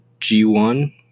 G1